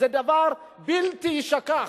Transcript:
זה דבר בלתי יישכח.